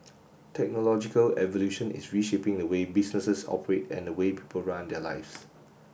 technological evolution is reshaping the way businesses operate and the way people run their lives